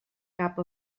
cap